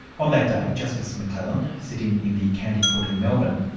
on that day justice mcclellan, sitting in the county court in melbourne,